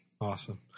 Awesome